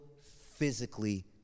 physically